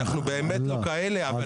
אנחנו באמת לא כאלה.